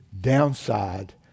downside